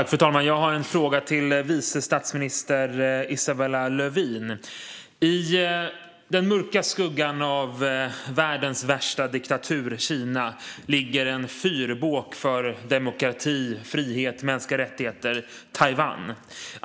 Fru talman! Jag har en fråga till vice statsminister Isabella Lövin. I den mörka skuggan av världens värsta diktatur, Kina, ligger en fyrbåk för demokrati, frihet och mänskliga rättigheter, och det är Taiwan.